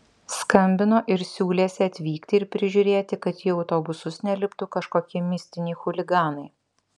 skambino ir siūlėsi atvykti ir prižiūrėti kad į autobusus neliptų kažkokie mistiniai chuliganai